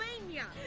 Romania